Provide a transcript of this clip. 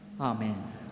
Amen